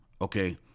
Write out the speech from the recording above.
okay